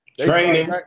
Training